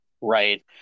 right